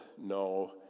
no